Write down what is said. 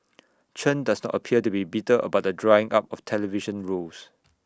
Chen does not appear to be bitter about the drying up of television roles